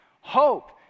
Hope